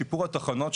שיפור התחנות,